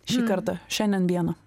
šį kartą šiandien dieną